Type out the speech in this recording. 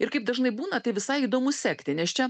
ir kaip dažnai būna tai visai įdomu sekti nes čia